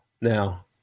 now